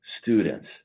students